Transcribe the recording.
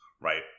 right